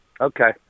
Okay